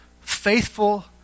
faithful